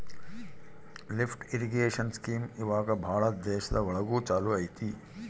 lift irrigation scheme ಇವಾಗ ಭಾಳ ದೇಶ ಒಳಗ ಚಾಲೂ ಅಯ್ತಿ